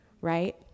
right